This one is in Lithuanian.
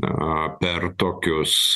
aaa per tokius